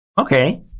Okay